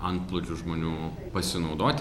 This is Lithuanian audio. antplūdžiu žmonių pasinaudoti